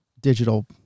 digital